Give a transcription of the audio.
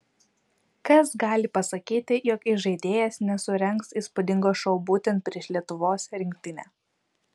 kas gali pasakyti jog įžaidėjas nesurengs įspūdingo šou būtent prieš lietuvos rinktinę